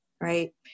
right